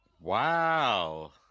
Wow